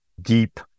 deep